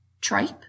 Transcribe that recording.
Tripe